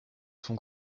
son